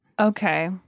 Okay